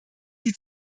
sie